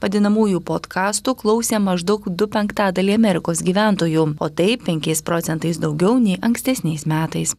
vadinamųjų podkastų klausė maždaug du penktadaliai amerikos gyventojų o tai penkiais procentais daugiau nei ankstesniais metais